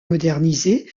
modernisé